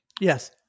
Yes